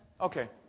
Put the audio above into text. Okay